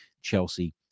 Chelsea